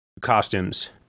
costumes